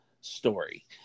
story